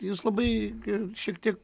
jūs labai šiek tiek